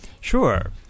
Sure